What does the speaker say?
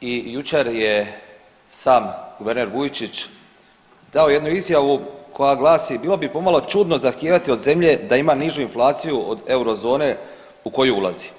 i jučer je sam guverner Vujčić dao jednu izjavu koja glasi, bilo bi pomalo čudno zahtijevati od zemlje da ima nižu inflaciju od eurozone u koju ulazi.